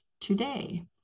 today